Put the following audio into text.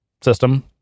system